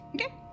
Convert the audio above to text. Okay